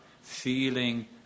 feeling